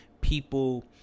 people